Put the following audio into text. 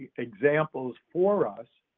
examples for us,